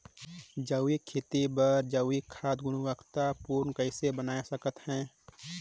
जैविक खेती बर जैविक खाद गुणवत्ता पूर्ण कइसे बनाय सकत हैं?